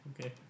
okay